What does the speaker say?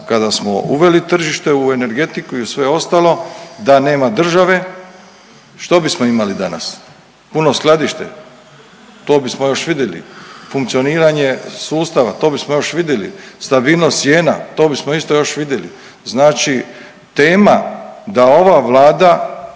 kada smo uveli tržište u energetiku i u sve ostalo da nema države što bismo imali danas, puno skladište, to bismo još vidili, funkcioniranje sustava, to bismo još vidili, stabilnost cijena, to bismo isto još vidili. Znači tema da ova Vlada